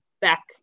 back